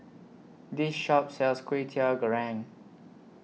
This Shop sells Kway Teow Goreng